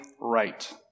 right